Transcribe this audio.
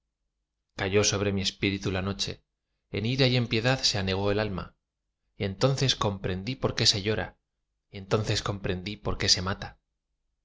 cayó sobre mi espíritu la noche en ira y en piedad se anegó el alma y entonces comprendí por qué se llora y entonces comprendí por qué se mata